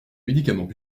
médicaments